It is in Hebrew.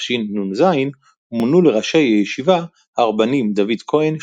תשנ"ז מונו לראשי ישיבה הרבנים דוד כהן,